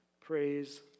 Praise